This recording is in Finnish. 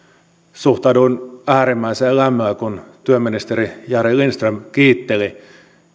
suhtauduin äärimmäisellä lämmöllä siihen kun työministeri jari lindström kiitteli